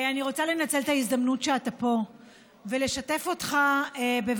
אני רוצה לנצל את הזדמנות שאתה פה ולשתף אותך בכותרת